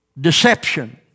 deception